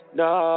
no